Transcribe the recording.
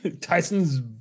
Tyson's